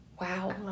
Wow